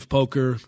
Poker